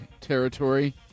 territory